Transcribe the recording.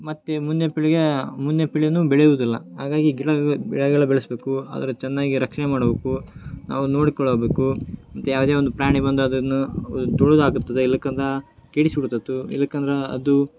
ಮತ್ತೆ ಮುಂದಿನ ಪೀಳಿಗೆ ಮುಂದಿನ ಪೀಳಿಗೆನು ಬೆಳೆಯುವುದಿಲ್ಲ ಹಾಗಾಗಿ ಗಿಡಗಳು ಬೆಳೆಗಳು ಬೆಳೆಸ್ಬೇಕು ಅದ್ರ ಚೆನ್ನಾಗಿ ರಕ್ಷಣೆ ಮಾಡಬೇಕು ನಾವು ನೋಡಿಕೊಳ್ಳಬೇಕು ಮತ್ತು ಯಾವುದೇ ಒಂದು ಪ್ರಾಣಿ ಬಂದು ಅದನ್ನು ತುಳಿದು ಹಾಕುತ್ತದೆ ಇಲ್ಲಕಂದಾ ಕೆಡಿಸಿ ಬಿಡ್ತತು ಇಲ್ಲಕಂದ್ರಾ ಅದು